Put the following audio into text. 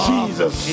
Jesus